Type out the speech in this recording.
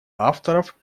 авторов